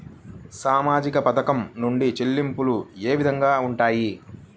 సామాజిక పథకం నుండి చెల్లింపులు ఏ విధంగా ఉంటాయి?